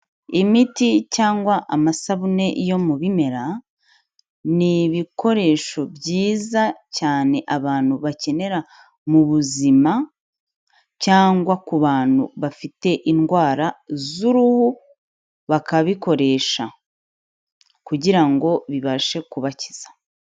Imiti cyangwa amasabune yo mu bimera, ni ibikoresho byiza cyane abantu bakenera mu buzima cyangwa ku bantu bafite indwara z'uruhu, bakabikoresha kugira ngo bibashe kubakiza.